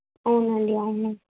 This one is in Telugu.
అవునండి అవును